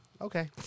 Okay